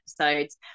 episodes